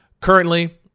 currently